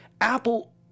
apple